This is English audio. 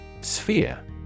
Sphere